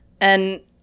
And-